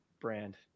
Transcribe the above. brand